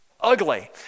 ugly